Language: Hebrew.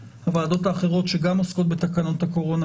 שגם עוסקות בתקנות הקורונה,